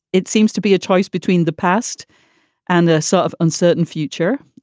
it seems to be a choice between the past and the sort of uncertain future.